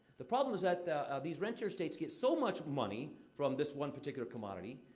the problems is that these rentier states get so much money from this one particular commodity,